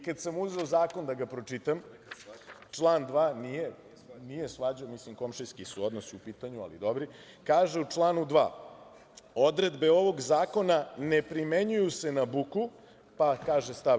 Kada sam uzeo zakon da ga pročitam, član 2. nije svađa, komšijski odnosi su u pitanju, ali dobri, kaže u članu 2. – odredbe ovog zakona ne primenjuju se na buku, pa kaže stav.